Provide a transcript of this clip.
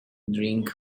drink